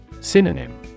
Synonym